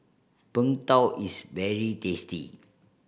Png Tao is very tasty